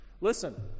listen